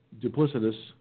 duplicitous